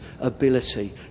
ability